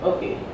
Okay